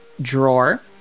drawer